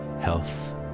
health